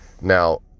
now